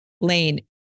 Lane